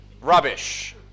Rubbish